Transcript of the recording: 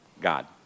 God